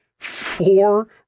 four